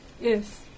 yes